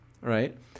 right